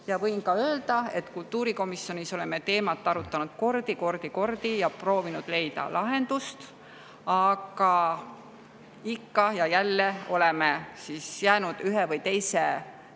Võin ka öelda, et kultuurikomisjonis oleme seda teemat arutanud kordi-kordi-kordi ja proovinud leida lahendust, aga ikka ja jälle oleme jäänud ühe või teise,